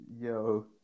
Yo